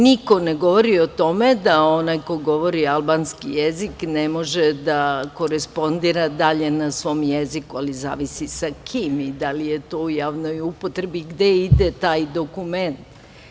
Niko ne govori o tome da onaj ko govori albanski jezik, ne može da korespondira dalje na svom jeziku, ali zavisi sa kim i da li je to u javnoj upotrebi i gde ide taj dokument.